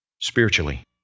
spiritually